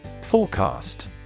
Forecast